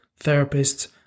therapists